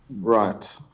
Right